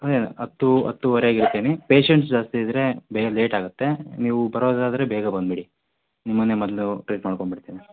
ಅದೇ ಹತ್ತು ಹತ್ತುವರೆಗೆ ಇರ್ತೀನಿ ಪೇಷೆಂಟ್ಸ್ ಜಾಸ್ತಿ ಇದ್ದರೆ ಬೇಗ ಲೇಟಾಗುತ್ತೆ ನೀವು ಬರೋದಾದರೆ ಬೇಗ ಬಂದುಬಿಡಿ ನಿಮ್ಮನ್ನೇ ಮೊದಲು ಟ್ರೀಟ್ ಮಾಡ್ಕೊಂಡ್ಬಿಡ್ತೀನಿ